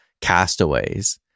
castaways